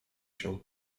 się